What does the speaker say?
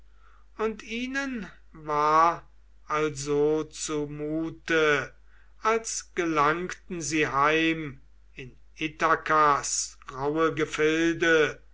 und ihnen war also zumute als gelangten sie heim in ithakas rauhe gefilde